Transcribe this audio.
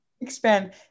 expand